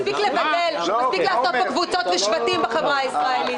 מספיק לעשות פה קבוצות ושבטים בחברה הישראלית.